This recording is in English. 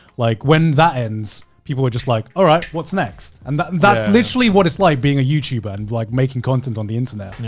like when that ends, people were just like, all right, what's next? and that's literally what it's like being a youtuber and like making content on the internet.